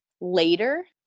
later